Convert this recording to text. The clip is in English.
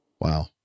wow